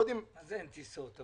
מה זה אין טיסות?